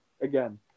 again